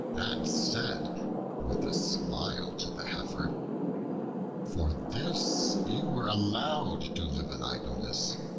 said with a smile to the heifer for this you were allowed to live in idleness,